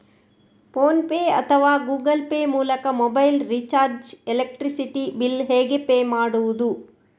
Phone pay ಅಥವಾ Google pay ಮೂಲಕ mobile recharge, electricity bill ಹೇಗೆ ಪೇ ಮಾಡುವುದು?